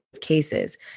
cases